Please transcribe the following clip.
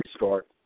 restart